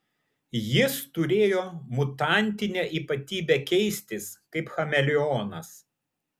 jis turėjo mutantinę ypatybę keistis kaip chameleonas